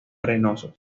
arenosos